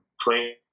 playing